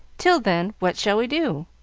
till then, what shall we do?